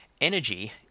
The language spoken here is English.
energy